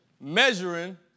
measuring